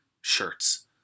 shirts